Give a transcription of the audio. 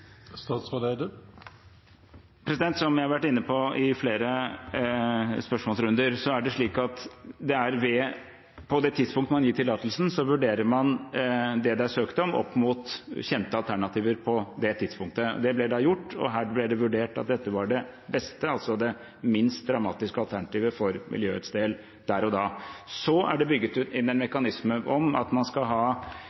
spørsmålsrunder, er det slik at på det tidspunkt man gir tillatelsen, vurderer man det det er søkt om, opp mot kjente alternativer på det tidspunktet. Det ble da gjort, og her ble det vurdert at dette var det beste, altså det minst dramatiske alternativet for miljøets del der og da. Så er det